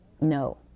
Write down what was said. No